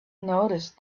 noticed